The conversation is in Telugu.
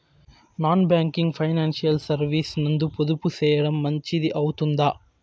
నాన్ బ్యాంకింగ్ ఫైనాన్షియల్ సర్వీసెస్ నందు పొదుపు సేయడం మంచిది అవుతుందా?